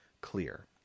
clear